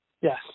Yes